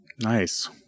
Nice